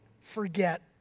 forget